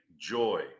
joy